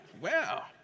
Wow